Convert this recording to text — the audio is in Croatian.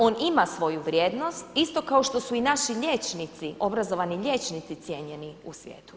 On ima svoju vrijednost isto kao što su i naši liječnici, obrazovani liječnici cijenjeni u svijetu.